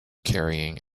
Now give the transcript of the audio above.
carrying